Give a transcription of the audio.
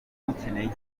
mukeneye